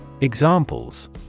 Examples